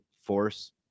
force